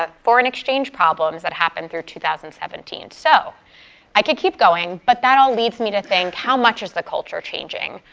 ah foreign exchange problems that happened through two thousand and seventeen. so i could keep going, but that all leads me to think, how much is the culture changing?